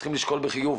צריכים לשקול בחיוב